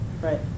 Right